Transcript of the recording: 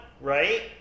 right